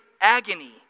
agony